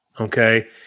okay